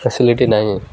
facility ନାହିଁ